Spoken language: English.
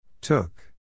took